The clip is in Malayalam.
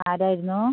ആരായിരുന്നു